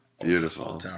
beautiful